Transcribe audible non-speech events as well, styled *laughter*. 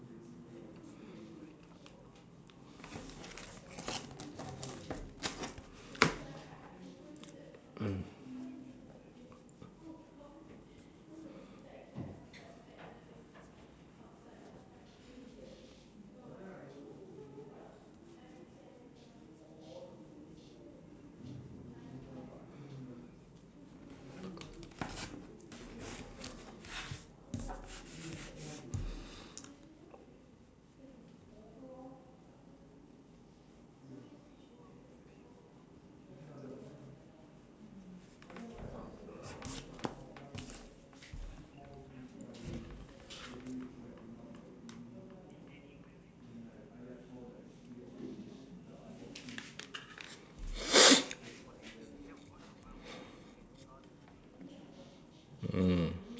*noise* mm